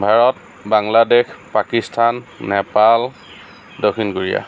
ভাৰত বাংলাদেশ পাকিস্তান নেপাল দক্ষিণ কোৰিয়া